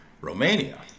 romania